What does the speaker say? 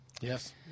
Yes